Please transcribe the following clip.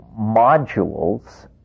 modules